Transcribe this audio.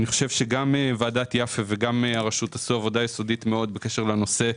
גם ועדת יפה וגם הרשות עשו עבודה יסודית מאוד בקשר לנושא,